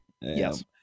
Yes